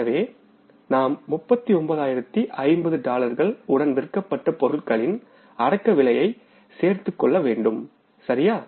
எனவே நாம் 39050 டாலர்கள் உடன் விற்கப்பட்ட பொருட்களின் அடக்கவிலையை சேர்த்து எடுத்துக்கொள்ளவேண்டும் சரியா